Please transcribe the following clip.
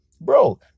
bro